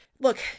look